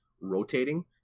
rotating